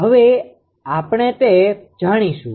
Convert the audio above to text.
હવે આપણે તે જાણીશું